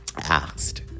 asked